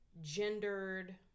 gendered